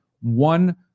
one